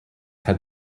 had